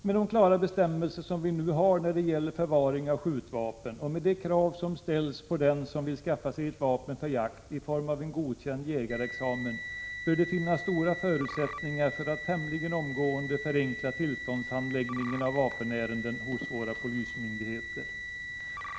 Med de klara bestämmelser som vi nu har när det gäller förvaring av skjutvapen och med de krav som ställs på den som vill skaffa sig ett vapen för jakt, i form av godkänd jägarexamen, bör det finnas stora förutsättningar för att tämligen omgående förenkla tillståndshandläggningen av vapenärenden hos våra polismyndigheter.